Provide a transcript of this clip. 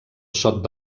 sot